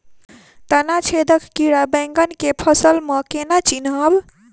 तना छेदक कीड़ा बैंगन केँ फसल म केना चिनहब?